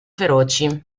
feroci